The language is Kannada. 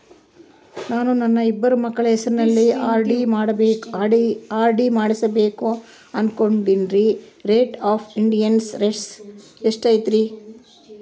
ನಾನು ನನ್ನ ಇಬ್ಬರು ಮಕ್ಕಳ ಹೆಸರಲ್ಲಿ ಆರ್.ಡಿ ಮಾಡಿಸಬೇಕು ಅನುಕೊಂಡಿನಿ ರೇಟ್ ಆಫ್ ಇಂಟರೆಸ್ಟ್ ಎಷ್ಟೈತಿ?